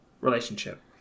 Relationship